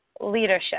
leadership